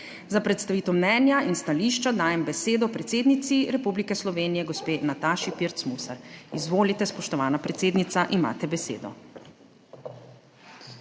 Za predstavitev mnenja in stališča dajem besedo predsednici Republike Slovenije gospe Nataši Pirc Musar. Izvolite, spoštovana predsednica, imate besedo.